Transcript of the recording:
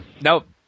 Nope